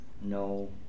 No